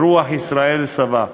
ברוח ישראל סבא.